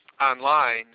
online